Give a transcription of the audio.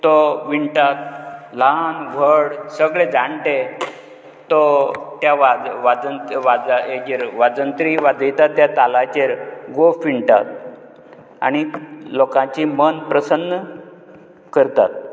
तो विणटात ल्हान व्हड सगळे जाणटे तो त्या वाज वाजन वाजा हेजेर वाजनत्री वाजयता त्या तालाचेर गोफ विणटात आनी लोकांची मन प्रसन्न करतात